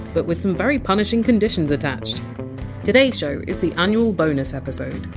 but with some very punishing conditions attached today! s show is the annual bonus episode.